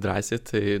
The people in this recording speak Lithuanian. drąsiai tai